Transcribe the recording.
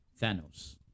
Thanos